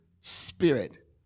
spirit